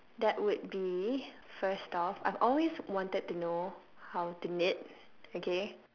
that would be first off I've always wanted to know how to knit okay